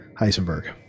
heisenberg